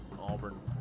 Auburn